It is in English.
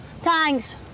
Thanks